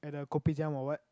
at the Kopitiam or what